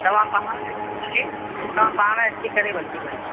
तव्हां पाणि अची करे तव्हां पाणि अची करे वठी वञोसि